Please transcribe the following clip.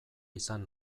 izan